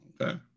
Okay